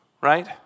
right